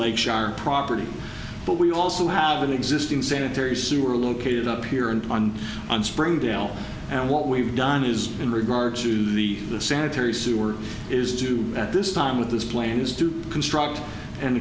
lake sharp property but we also have an existing sanitary sewer located up here and on on springdale and what we've done is in regards to the the sanitary sewer is to at this time with this plane is to construct and